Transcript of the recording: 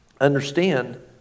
understand